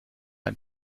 ein